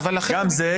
גם זה,